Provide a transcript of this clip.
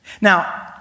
Now